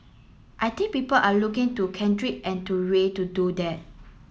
I think people are looking to Kendrick and to Ray to do that